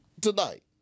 tonight